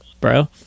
bro